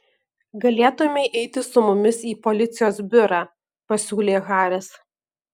galėtumei eiti su mumis į policijos biurą pasiūlė haris